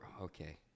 Okay